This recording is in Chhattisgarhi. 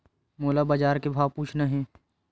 मोला बजार के भाव पूछना हे?